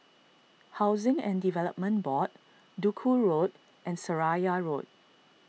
Housing and Development Board Duku Road and Seraya Road